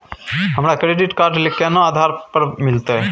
हमरा credit card केना आधार पर मिलते?